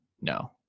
No